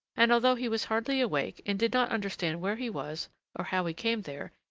and, although he was hardly awake and did not understand where he was or how he came there,